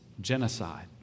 genocide